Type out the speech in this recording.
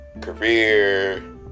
career